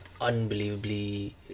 unbelievably